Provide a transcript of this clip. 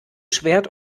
schwert